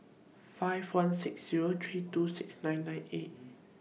five one six Zero three two six nine nine eight